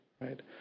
right